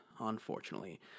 unfortunately